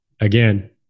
Again